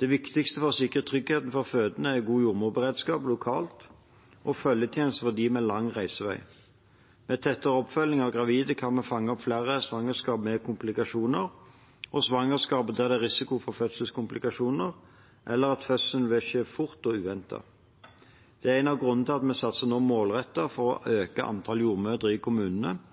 Det viktigste for å sikre tryggheten for de fødende er en god jordmorberedskap lokalt og følgetjeneste for dem med lang reisevei. Med tettere oppfølging av gravide kan vi fange opp flere svangerskap med komplikasjoner og svangerskap der det er risiko for fødselskomplikasjoner, eller at fødselen vil skje fort og uventet. Det er en av grunnene til at vi nå satser målrettet for å øke antallet jordmødre i kommunene,